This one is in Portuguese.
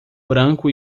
branco